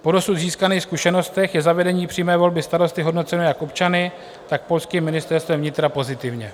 Po dosud získaných zkušenostech je zavedení přímé volby starosty hodnoceno jak občany, tak polským ministerstvem vnitra pozitivně.